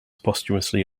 posthumously